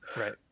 Right